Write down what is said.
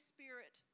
Spirit